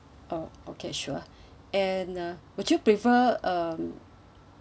o~ okay sure and uh would you prefer um